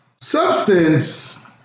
substance